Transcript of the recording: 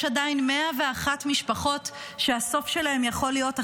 יש עדיין 101 משפחות שהסוף שלהן יכול להיות אחר.